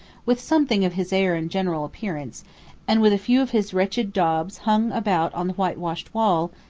with something of his air and general appearance and with a few of his wretched daubs hung about on the whitewashed wall,